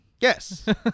Yes